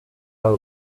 how